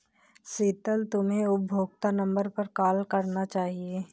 शीतल, तुम्हे उपभोक्ता नंबर पर कॉल करना चाहिए